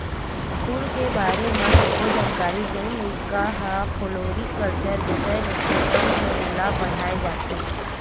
फूल के बारे म सब्बो जानकारी जउन लइका ह फ्लोरिकलचर बिसय लेथे तउन मन ल पड़हाय जाथे